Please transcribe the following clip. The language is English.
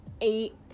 eight